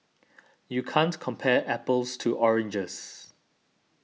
you can't compare apples to oranges